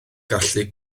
gallu